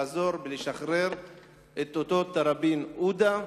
לעזור ולשחרר את תראבין עודה,